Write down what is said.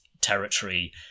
territory